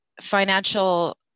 financial